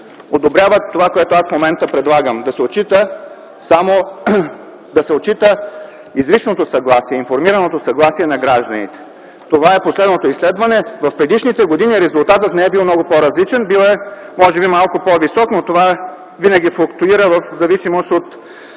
одобряват това, което аз в момента предлагам, да се отчита само изричното съгласие, информираното съгласие на гражданите. Това е последното изследване. В предишните години резултатът не е бил много по-различен, бил е малко по-висок, но това винаги флуктуира в зависимост от